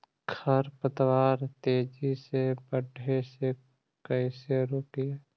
खर पतवार के तेजी से बढ़े से कैसे रोकिअइ?